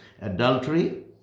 adultery